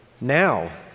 now